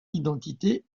identité